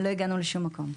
לא הגענו לשום מקום.